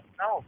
no